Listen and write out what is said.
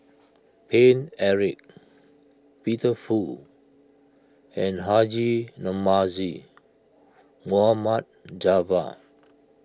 Paine Eric Peter Fu and Haji Namazie Mohd Javad